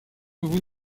vous